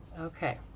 Okay